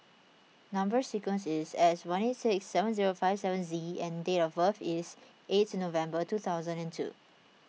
Number Sequence is S one eight six seven zero five seven Z and date of birth is eighth November two thousand and two